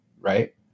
right